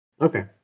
okay